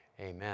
Amen